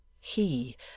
He